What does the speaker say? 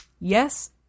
Yes